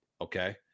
Okay